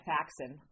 Faxon